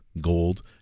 gold